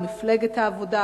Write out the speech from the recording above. מפלגת העבודה,